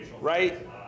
right